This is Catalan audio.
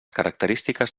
característiques